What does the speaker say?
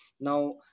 Now